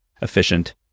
efficient